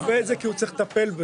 כי גינדי צריך לטפל בהם.